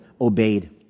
obeyed